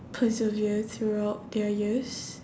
persevere throughout their years